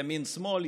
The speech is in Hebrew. ימין שמאל,